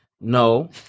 no